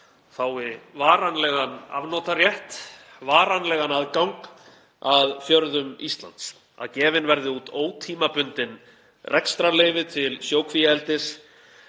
fái varanlegan afnotarétt, varanlegan aðgang að fjörðum Íslands, að gefin verði út ótímabundin rekstrarleyfi til sjókvíaeldis